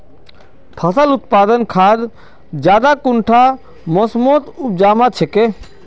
फसल उत्पादन खाद ज्यादा कुंडा मोसमोत उपजाम छै?